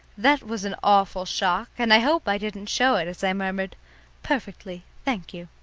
that was an awful shock, and i hope i didn't show it as i murmured perfectly, thank you.